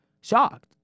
shocked